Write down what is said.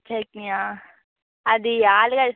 చట్నీయా అది ఆలుగడ్డ